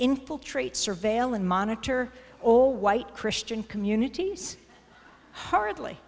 infiltrate surveil and monitor all white christian communities hardly